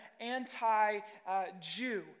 anti-Jew